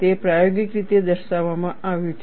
તે પ્રાયોગિક રીતે દર્શાવવામાં આવ્યું છે